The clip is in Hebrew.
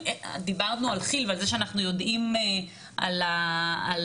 דיברנו על כיל ועל זה שאנחנו יודעים על תכנון